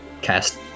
cast